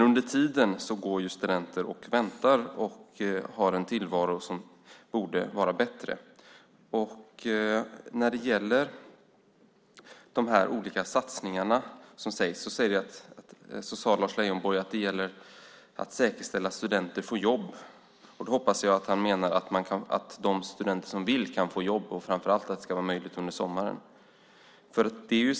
Under tiden går studenter och väntar och har en tillvaro som borde vara bättre. När det gäller de olika satsningarna sade Lars Leijonborg att det gäller att säkerställa att studenter får jobb. Jag hoppas att han menar att de studenter som vill kan få jobb och framför allt att det ska vara möjligt under sommaren.